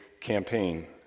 campaign